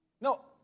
No